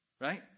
Right